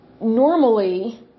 Normally